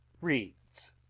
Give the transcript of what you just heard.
Reads